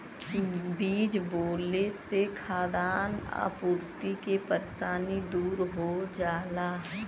बीज बोले से खाद्यान आपूर्ति के परेशानी दूर हो जाला